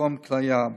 לתרום כליה.